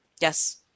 Yes